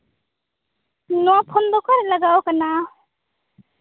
ᱱᱚᱣᱟ ᱯᱷᱳᱱ ᱫᱚ ᱚᱠᱟᱨᱮ ᱞᱟᱜᱟᱣ ᱟᱠᱟᱱᱟ